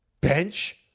bench